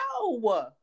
No